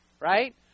Right